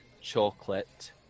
Chocolate